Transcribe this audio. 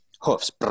hoofs